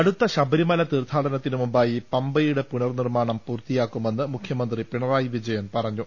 അടുത്ത ശബരിമല തീർത്ഥാടനകാലത്തിനു മുമ്പായി പമ്പയുടെ പുനർനിർമ്മാണം പൂർത്തിയാക്കുമെന്ന് മുഖ്യമന്ത്രി പിണറായി വിജയൻ പറഞ്ഞു